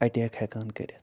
attack ہٮ۪کان کٔرِتھ